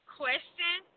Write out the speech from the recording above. question